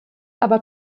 aber